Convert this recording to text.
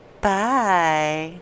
Bye